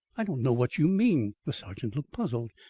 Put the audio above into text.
i don't know what you mean. the sergeant looked puzzled.